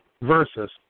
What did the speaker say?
versus